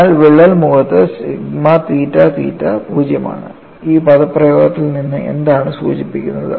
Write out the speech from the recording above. അതിനാൽ വിള്ളൽ മുഖത്ത് സിഗ്മ തീറ്റ തീറ്റ 0 ആണ്ഈ പദപ്രയോഗത്തിൽ നിന്ന് എന്താണ് സൂചിപ്പിക്കുന്നത്